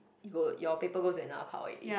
you'll your paper goes to another pile already